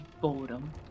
boredom